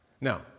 Now